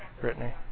Brittany